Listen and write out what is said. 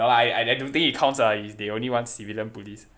no lah I I don't think it counts ah they only want civilian police